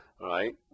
right